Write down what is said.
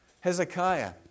Hezekiah